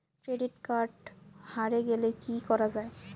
Credit card হারে গেলে কি করা য়ায়?